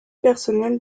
personnel